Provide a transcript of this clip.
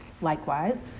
Likewise